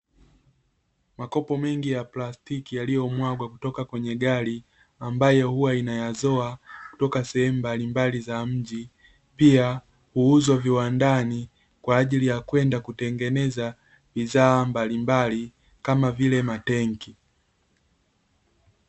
Makopo mengi ya plastiki yaliyomwagwa kutoka kwenye gari, ambayo huwa inayazoa kutoka sehemu mbalimbali za mji. Pia huuzwa viwandani kwa ajili ya kwenda kutengeneza bidhaa mbalimbali kama vile matenki.